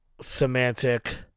semantic